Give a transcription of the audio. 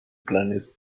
planes